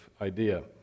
idea